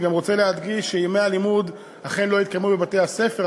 אני רוצה גם להדגיש שימי הלימוד אכן לא התקיימו בבתי-הספר,